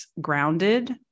grounded